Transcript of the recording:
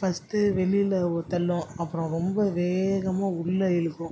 first வெளியில ஒரு தள்ளும் அப்புறம் ரொம்ப வேகமாக உள்ள இழுக்கும்